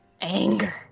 Anger